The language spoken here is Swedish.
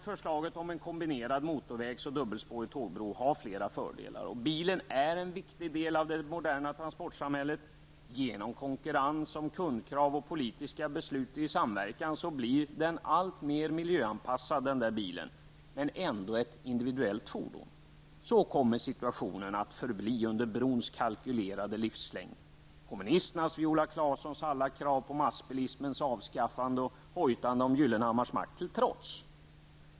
Förslaget om en kombinerad motorvägs och dubbelspårig järnvägsbro har flera fördelar. Bilen är en viktig del av det moderna transportsamhället. Genom konkurrens om kunderna och politiska beslut i samverkan blir den där bilen alltmer miljöanpassad, ändå är den ett individuellt fordon. Så kommer situationen att förbli under brons kalkylerade livslängd, kommunisternas Viola Claessons alla krav på massbilismens avskaffande och hojtande om Gyllenhammars makt till trots.